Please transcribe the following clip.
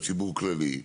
לציבור כללי,